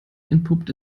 entpuppt